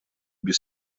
без